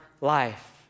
life